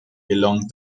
belong